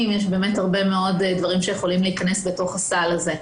ועוד דברים שיכולים להיכנס לתוך הסל הזה.